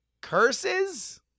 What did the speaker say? curses